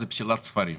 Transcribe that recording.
זה פסילת ספרים.